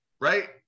Right